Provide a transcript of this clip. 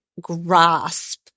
grasp